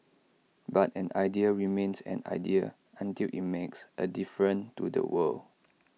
but an idea remains an idea until IT makes A difference to the world